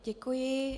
Děkuji.